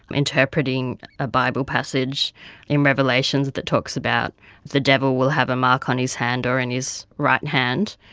interpreting a bible passage in revelations that that talks about the devil will have a mark on his hand or in his right and hand.